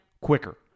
quicker